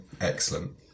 Excellent